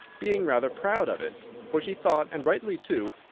being rather proud of it for she thought, and rightly too,